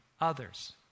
others